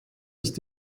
ist